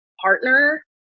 partner